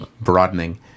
broadening